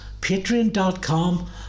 patreon.com